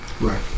Right